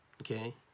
Okay